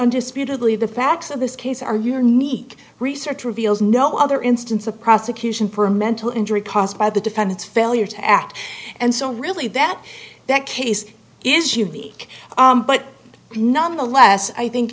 undisputedly the facts of this case are your niek research reveals no other instance of prosecution for a mental injury caused by the defendant's failure to act and so really that that case is unique but nonetheless i think